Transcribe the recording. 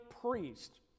priest